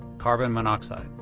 carbon monoxide.